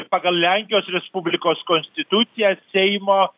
pagal lenkijos respublikos konstituciją seimo